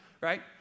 Right